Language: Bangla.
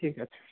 ঠিক আছে